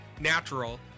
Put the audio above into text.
natural